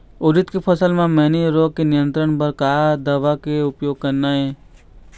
उरीद के फसल म मैनी रोग के नियंत्रण बर का दवा के उपयोग करना ये?